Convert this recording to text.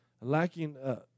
lacking